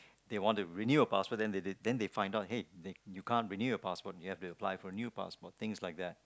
they want to renew a passport then they they then they find out hey they you can't renew a passport you have to apply for new passport things like that